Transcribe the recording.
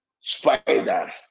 spider